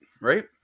right